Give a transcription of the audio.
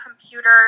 computer